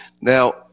now